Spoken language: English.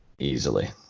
easily